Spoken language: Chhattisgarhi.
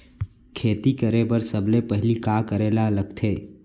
खेती करे बर सबले पहिली का करे ला लगथे?